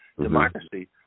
Democracy